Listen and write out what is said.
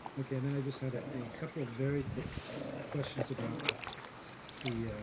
okay then i just had ah a couple very quick questions about the